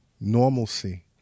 normalcy